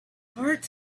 heart